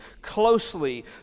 closely